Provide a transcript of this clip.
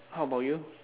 how about you